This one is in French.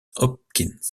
hopkins